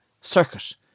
circuit